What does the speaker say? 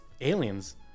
aliens